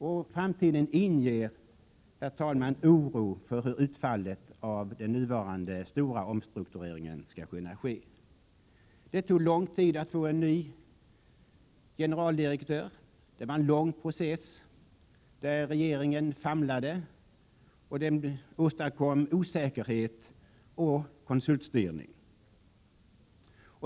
Och framtiden inger, herr talman, oro för hur utfallet av den nuvarande stora omstruktureringen skall kunna ske. Det tog lång tid att få en ny generaldirektör. Det var en lång process, där regeringen famlade. Den åstadkom osäkerhet och konsultstyrning.